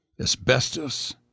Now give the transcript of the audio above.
Asbestos